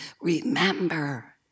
remember